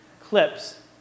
clips